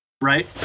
right